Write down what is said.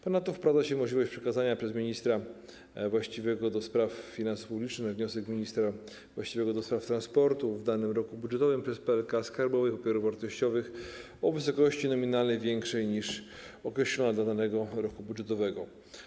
Ponadto wprowadza się możliwość przekazania przez ministra właściwego ds. finansów publicznych, na wniosek ministra właściwego ds. transportu, w danym roku budżetowym przez PLK skarbowych papierów wartościowych o wysokości nominalnej większej niż określona dla danego roku budżetowego.